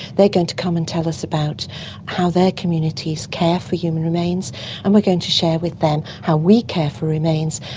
they're going to come and tell us about how their communities care for human remains and we're going to share with them how we care for remains,